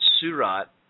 Surat